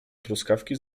truskawki